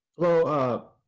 Hello